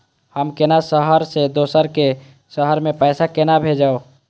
हम केना शहर से दोसर के शहर मैं पैसा केना भेजव?